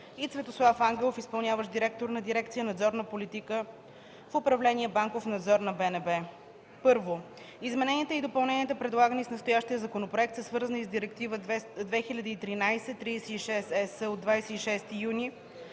и Цветослав Ангелов – и.д. директор на дирекция „Надзорна политика” в управление „Банков надзор” на БНБ. I. Измененията и допълненията, предлагани с настоящия законопроект са свързани с Директива 2013/36/ЕС от 26 юни